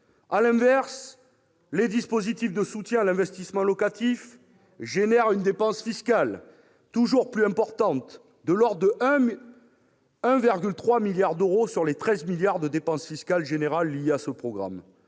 À l'inverse, les dispositifs de soutien à l'investissement locatif entraînent une dépense fiscale toujours plus importante, de l'ordre de 1,3 milliard d'euros sur les 13 milliards de dépense fiscale générale liée à ce programme.